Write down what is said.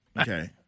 Okay